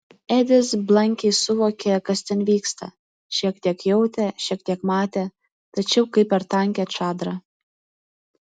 edis blankiai suvokė kas ten vyksta šiek tiek jautė šiek tiek matė tačiau kaip per tankią čadrą